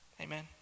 Amen